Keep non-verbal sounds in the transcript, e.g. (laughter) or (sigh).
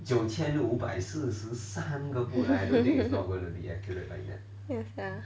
(laughs) yes lah